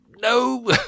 no